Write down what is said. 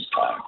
time